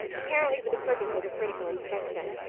apparently for the purpose of a critical inspection.